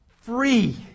free